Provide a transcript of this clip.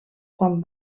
quan